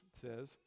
says